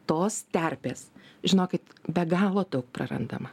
tos terpės žinokit be galo daug prarandama